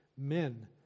Men